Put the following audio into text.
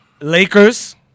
Lakers